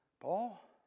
Paul